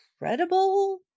incredible